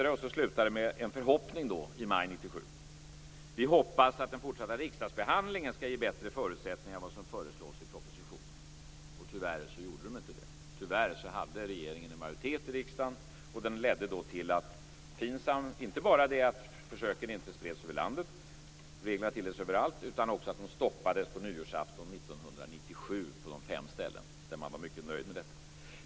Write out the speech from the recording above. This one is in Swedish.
Det slutar med en förhoppning, i maj 1997: Vi hoppas att den fortsatta riksdagsbehandlingen skall ge bättre förutsättningar än vad som föreslås i propositionen. Tyvärr gjorde den inte det. Tyvärr hade regeringen majoritet i riksdagen. Den ledde inte bara till att försöken inte spreds över landet - reglerna tilläts överallt - utan också att de stoppades på nyårsaftonen 1997 på de fem ställen där man var mycket nöjd med dem.